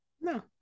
No